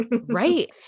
Right